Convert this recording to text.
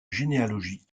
généalogie